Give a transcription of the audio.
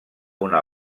una